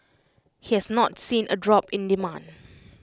he has not seen A drop in demand